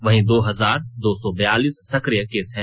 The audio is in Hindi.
वहीं दो हजार दो सौ बैयालीस सक्रिय केस हैं